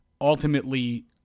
ultimately